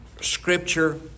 Scripture